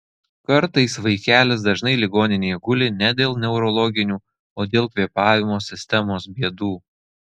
kartais vaikelis dažnai ligoninėje guli ne dėl neurologinių o dėl kvėpavimo sistemos bėdų